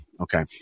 Okay